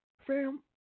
Fam